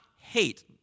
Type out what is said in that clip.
hate